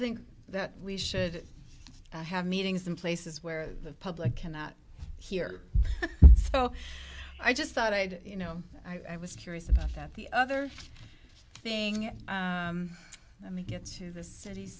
think that we should have meetings in places where the public cannot hear so i just thought i'd you know i was curious about that the other thing i mean gets to the cit